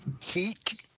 heat